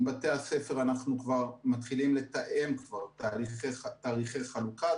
עם בתי הספר אנחנו כבר מתחילים לתאם תאריכי חלוקה.